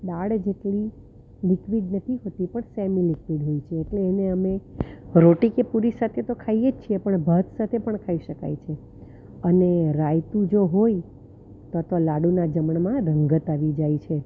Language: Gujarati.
દાળ જેટલી લિક્વિડ નથી હોતી પણ સેમ વસ્તુ હોય છે તો એને અમે રોટી કે પૂરી સાથે તો ખાઈએ જ છીએ પણ ભાત સાથે પણ ખાઈ શકાય છે અને રાઈતું જો હોય તો તો લાડુના જમણમાં રંગત આવી જાય છે